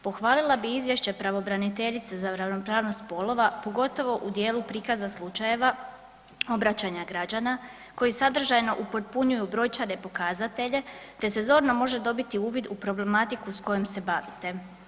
Pohvalila bi izvješće pravobraniteljice za ravnopravnost spolova, pogotovo u dijelu prikaza slučajeva obraćanja građana koji sadržajno upotpunjuju brojčane pokazatelje, te se zorno može dobiti uvid u problematiku s kojom se bavite.